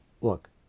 look